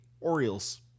Orioles